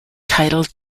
titled